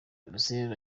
russell